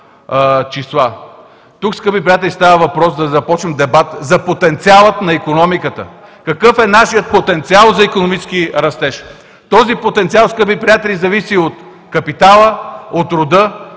Тук, скъпи приятели, става въпрос да започнем дебат за потенциала на икономиката, какъв е нашият потенциал за икономически растеж? Този потенциал, скъпи приятели, зависи от капитала, от труда